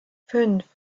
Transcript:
fünf